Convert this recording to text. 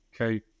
okay